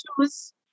choose